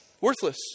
worthless